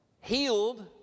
healed